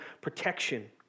protection